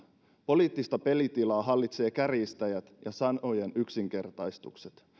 poliittista pelitilaa hallitsevat kärjistäjät ja sanojen yksinkertaistukset